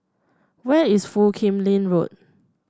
where is Foo Kim Lin Road